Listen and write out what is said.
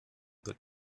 the